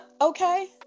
Okay